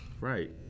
Right